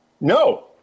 No